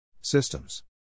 Systems